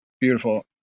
Beautiful